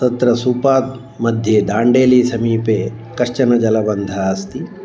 तत्र सूपात्मध्ये दाण्डेली समीपे कश्चन जलबन्धः अस्ति